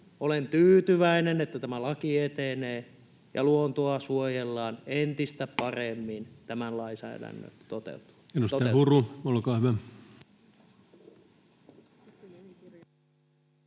Olen tyytyväinen, että tämä laki etenee ja luontoa suojellaan entistä paremmin tämän lainsäädännön toteutuessa.